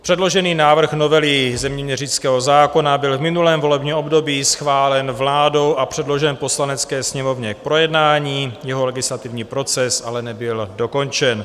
Předložený návrh novely zeměměřického zákona byl v minulém volebním období schválen vládou a předložen Poslanecké sněmovně k projednání, jeho legislativní proces ale nebyl dokončen.